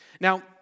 Now